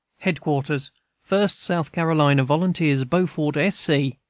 headquarters first south carolina volunteers, beaufort, s. c,